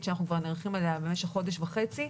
שאנחנו כבר נערכים אליה במשך חודש וחצי.